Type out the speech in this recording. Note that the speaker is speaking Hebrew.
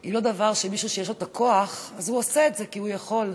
היא לא דבר שמישהו שיש לו את הכוח עושה את זה כי הוא יכול.